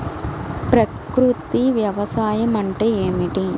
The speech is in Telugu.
ప్రకృతి వ్యవసాయం అంటే ఏమిటి?